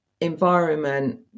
environment